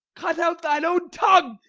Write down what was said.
cut out thine own tongue,